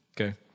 Okay